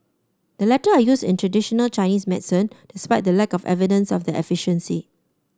the latter are used in traditional Chinese medicine despite the lack of evidence of their efficiency